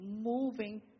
moving